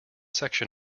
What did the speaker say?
section